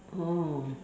oh